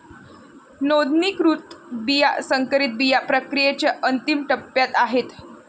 नोंदणीकृत बिया संकरित बिया प्रक्रियेच्या अंतिम टप्प्यात आहेत